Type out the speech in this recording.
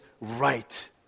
right